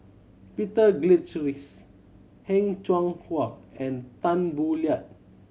Peter Heng Cheng Hwa and Tan Boo Liat